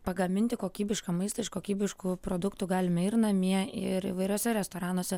pagaminti kokybišką maistą iš kokybiškų produktų galime ir namie ir įvairiuose restoranuose